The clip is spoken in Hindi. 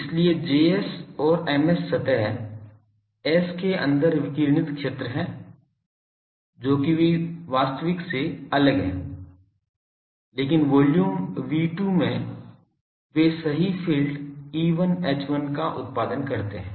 इसलिए Js और Ms सतह S के अंदर विकिरणित क्षेत्र है जो कि वास्तविक से अलग है लेकिन वॉल्यूम V2 में वे सही फ़ील्ड E1 H1 का उत्पादन करते हैं